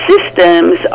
systems